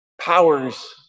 powers